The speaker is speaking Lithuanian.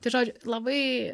tai žodžiu labai